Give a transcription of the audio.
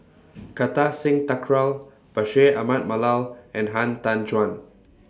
Kartar Singh Thakral Bashir Ahmad Mallal and Han Tan Juan